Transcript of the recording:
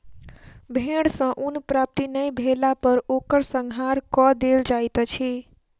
भेड़ सॅ ऊन प्राप्ति नै भेला पर ओकर संहार कअ देल जाइत अछि